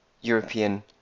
European